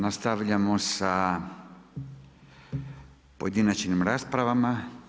Nastavljamo sa pojedinačnim raspravama.